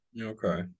Okay